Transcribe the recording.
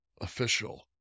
Official